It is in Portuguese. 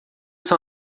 são